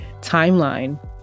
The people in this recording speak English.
timeline